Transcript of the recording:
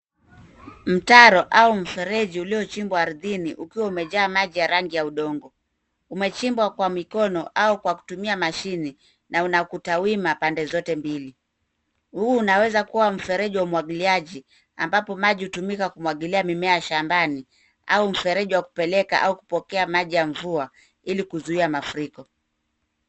Mtaro, au mfereji uliochimbwa ardhini, ukiwa umejaa maji ya rangi ya udongo. Umechimbwa kwa mikono au kwa kutumia mashine, na una kuta wima, pande zote mbili. Huu unaweza mfereji wa umwangiliaji, ambapo maji hutumika kumwagilia mimea shambani, au mrefeji wa kupeleka, au kupokea maji ya mvua, ili kuzuia mafuriko.